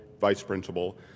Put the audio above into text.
vice-principal